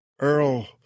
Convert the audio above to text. Earl